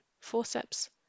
forceps